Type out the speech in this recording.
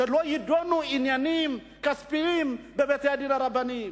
שלא יידונו עניינים כספיים בבתי-הדין הרבניים,